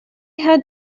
had